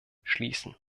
schließen